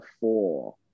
four